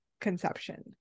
conception